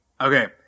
Okay